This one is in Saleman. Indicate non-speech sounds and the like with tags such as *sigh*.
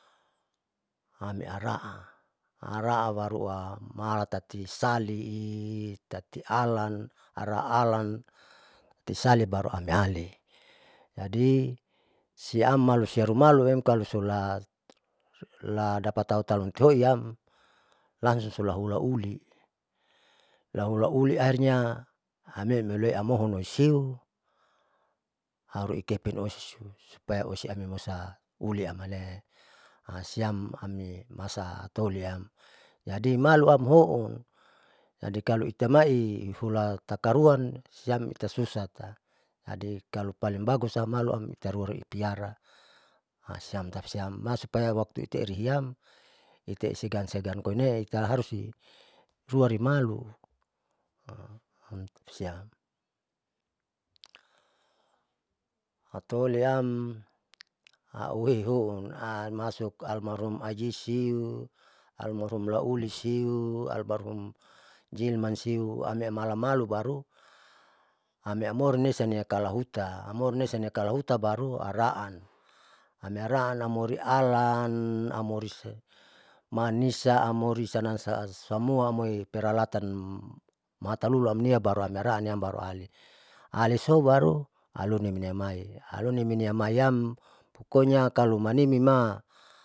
Ami ara'a ara'a barua malatati sanlei tati alan ara alan tati sali baru amiali, jadi siam malusia rumaluem talu sula dapatau talun tihoinam langsu sulaulauli lahula uli ahirnya hamemoile hamoon loisiu hau rekin osio supaya usimali uliam malee *hesitation* siam ami masa ataoliam jadi maluam houn, jadi kalo itamai'i hula takaruan siam itasusata jadi kalo paling bagusam malu amitarua tiati *hesitation* siam tapasiam supaya waktu itu erihiam tutausegan segan koinee italaharusi rualimalu *hesitation* siam, ataoliam auweun utulua hamasut almalhum aji siu almalrhuma laulisiu almalhum jilman siu amie malamalu baru amiamorin lesaia kalahuta amorin lesa niakalahuta baru araan ami araan amori ati lan amori *hesitation* malunisa amori namsaa samori amoi peralatan maatalulu amnia baruamiaraaniam baru ali, alisou barualunin niamai aluninim niamaiam pokonya kalu manimima.